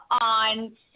on